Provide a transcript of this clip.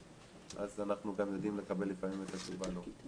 אז אנחנו גם יודעים לקבל לפעמים את התשובה לא.